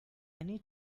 need